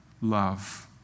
love